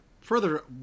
further